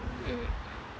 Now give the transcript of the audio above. mm